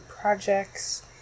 projects